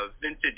vintage